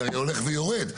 זה היו הולך ויורד.